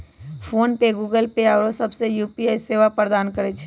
PhonePe, Google Pay आउरो सभ UPI सेवा प्रदान करै छै